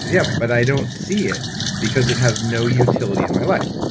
yeah, but i don't see it because it has no utility in my life.